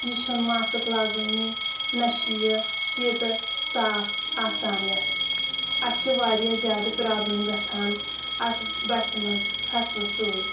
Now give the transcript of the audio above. یہِ چھُنہٕ ماسٕک لاگٲنی نہ چھِ یہِ سیٖٹہٕ صاف آسان یَتھ اَسہِ چھِ واریاہ زیادٕ پرٛابلِم گژھان اَتھ بَسہِ منٛز کھَسنہٕ سۭتۍ